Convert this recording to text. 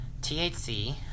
THC